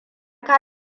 ka